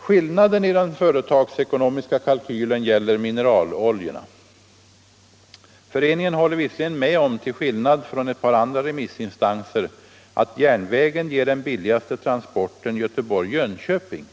Skillnaden i den företagsekonomiska kalkylen gäller mineraloljorna. Föreningen håller visserligen med om -— till skillnad från ett par andra remissinstanser — att järnvägen ger den billigaste transporten Göteborg Jönköping,